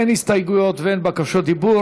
אין הסתייגויות ואין בקשות רשות דיבור.